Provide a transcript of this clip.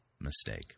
mistake